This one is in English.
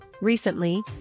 Recently